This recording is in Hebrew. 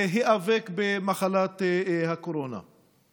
להיאבק במחלת הקורונה מצד שני.